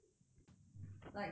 like quite good business leh